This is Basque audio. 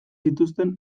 zituen